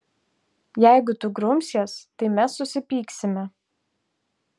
jeigu tu grumsies tai mes susipyksime